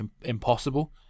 impossible